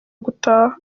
gutaha